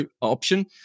option